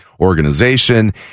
organization